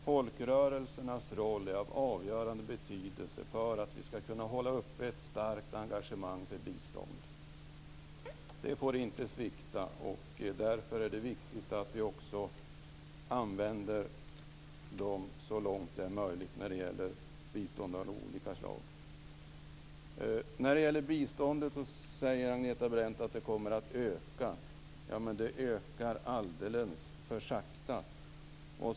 Folkrörelsernas roll är av avgörande betydelse för att vi skall kunna hålla uppe ett starkt engagemang för bistånd. Det får inte svikta. Därför är det viktigt att vi också använder dem så långt det är möjligt när det gäller bistånd av olika slag. Agneta Brendt säger att biståndet kommer att öka. Men det ökar alldeles för sakta!